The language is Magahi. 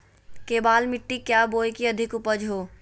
केबाल मिट्टी क्या बोए की अधिक उपज हो?